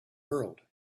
world